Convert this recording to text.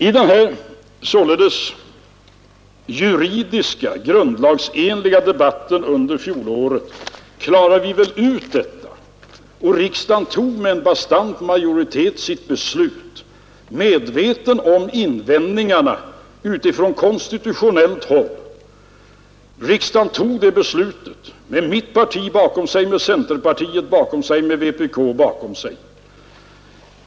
I den juridiska, grundlagsenliga debatten under fjolåret klarade vi väl av detta, och riksdagen tog med en bastant majoritet sitt beslut, medveten om invändningarna i fråga om det konstitutionella. Riksdagen tog beslutet med mitt parti bakom sig, med centerpartiet och vpk bakom sig.